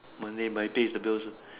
Monday my pay is the bills uh